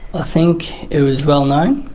ah think it was well known,